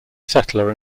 settler